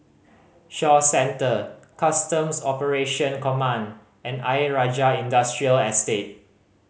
Shaw Centre Customs Operation Command and Ayer Rajah Industrial Estate